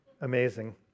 Amazing